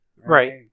Right